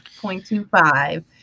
0.25